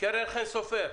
קרן חן סופר,